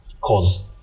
cause